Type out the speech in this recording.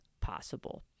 possible